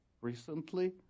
recently